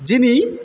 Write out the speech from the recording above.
যিনি